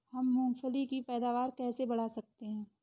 हम मूंगफली की पैदावार कैसे बढ़ा सकते हैं?